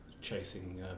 chasing